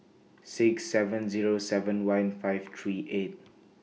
six seven Zero seven one five three five